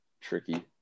tricky